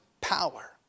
power